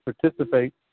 participate